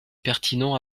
pertinents